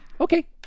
Okay